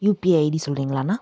UPI ID சொல்கிறீங்களாண்ணா